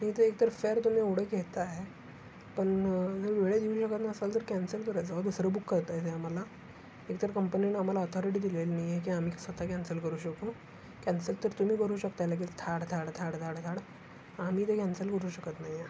आणि ते एकतर फेर तुम्ही एवढं घेत आहे पण वेळेत येऊ शकत नसाल तर कॅन्सल करायचं मग दुसरं बुक करता येते आम्हाला एकतर कंपनीनं आम्हाला ॲथॉरिटी दिलेली नाही आहे की आम्ही स्वतः कॅन्सल करू शकू कॅन्सल तर तुम्ही करू शकता लगेच थाड थाड धाड धाड धाड आम्ही ते कॅन्सल करू शकत नाही आहे